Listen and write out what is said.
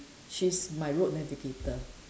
she's my road navigator